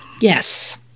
Yes